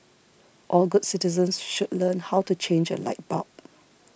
all good citizens should learn how to change a light bulb